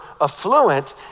affluent